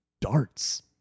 darts